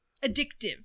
addictive